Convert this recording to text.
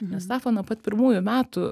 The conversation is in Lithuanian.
nes safa nuo pat pirmųjų metų